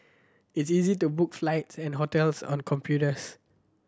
it is easy to book flights and hotels on computers